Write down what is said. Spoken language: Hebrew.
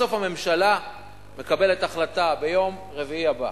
בסוף הממשלה מקבלת החלטה, ביום רביעי הבא,